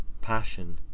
passion